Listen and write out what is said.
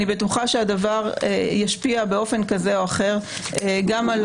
אני בטוחה שהדבר ישפיע באופן כזה או אחר גם על